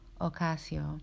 Ocasio